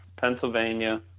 Pennsylvania